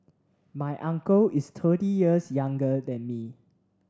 my uncle is thirty years younger than me